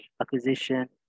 acquisition